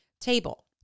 Table